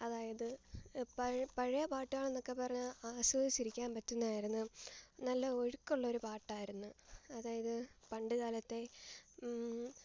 അതായത് പഴയ പഴയ പാട്ടുകൾ എന്നൊക്കെ പറഞ്ഞാൽ ആസ്വദിച്ചിരിക്കാൻ പറ്റുന്നതായിരുന്നു നല്ല ഒഴുക്കുള്ള ഒരു പാട്ടായിരുന്നു അതായത് പണ്ടുകാലത്തെ